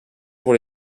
pour